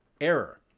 error